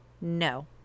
no